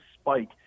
spike